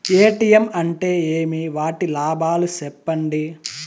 ATM అంటే ఏమి? వాటి లాభాలు సెప్పండి